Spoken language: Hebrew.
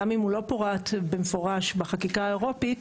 גם אם הוא לא פורט במפורש בחקיקה האירופית